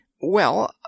Well